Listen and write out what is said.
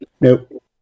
nope